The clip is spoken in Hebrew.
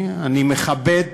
אני מכבד